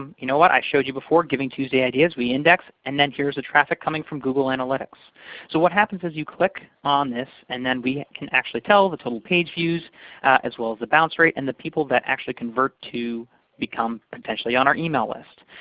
um you know what? i showed you before, giving tuesday ideas. we index, and then here's the traffic coming from google analytics. so what happens is you click on this, and then we can actually tell the total page views as well as the bounce rate and the people that actually convert to become potentially on our email list.